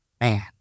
Man